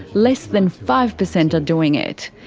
less than five percent are doing it.